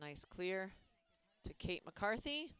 nice clear to kate mccarthy